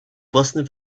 własne